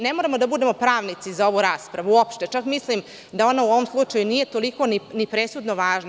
Ne moramo da budemo pravnici za ovu raspravu uopšte, čak mislim da ona u ovom slučaju nije toliko presudno važna.